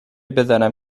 بزنم